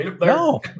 No